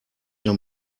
mir